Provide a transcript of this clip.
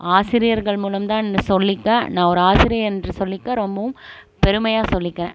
ஆசிரியர்கள் மூலம் தான்னு சொல்லிக்க நான் ஒரு ஆசிரியர் என்று சொல்லிக்க ரொம்பவும் பெருமையாக சொல்லிக்கிறேன்